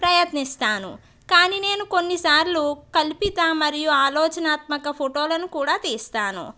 ప్రయత్నిస్తాను కానీ నేను కొన్నిసార్లు కల్పిత మరియు ఆలోచనాత్మక ఫోటోలను కూడా తీస్తాను